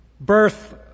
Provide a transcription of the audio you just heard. Birth